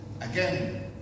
again